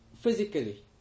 Physically